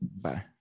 Bye